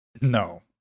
No